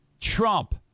Trump